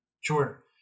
Sure